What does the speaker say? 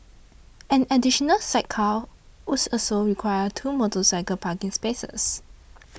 an additional sidecar would also require two motorcycle parking spaces